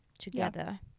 together